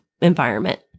environment